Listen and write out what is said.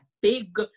big